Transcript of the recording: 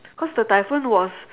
cause the typhoon was